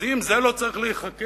אז אם זה לא צריך להיחקר,